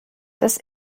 das